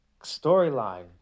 storyline